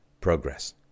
progress